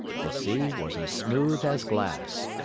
the sea was as smooth as glass.